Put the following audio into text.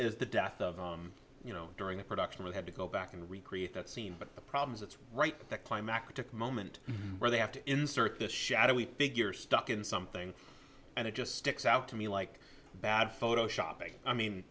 is the death of you know during the production we had to go back and recreate that scene but the problem is it's right the climactic moment where they have to insert the shadowy figure stuck in something and it just sticks out to me like bad photoshopping i mean